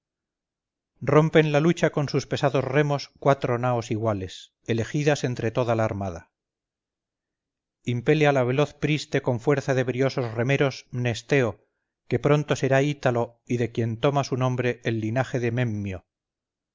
rompen la lucha con sus pesados remos cuatro naos iguales elegidas entre toda la armada impele a la veloz priste con fuerza de briosos remeros mnesteo que pronto será ítalo y de quien toma su nombre el linaje de memmio